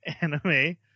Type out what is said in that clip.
anime